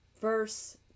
verse